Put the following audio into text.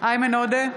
איימן עודה,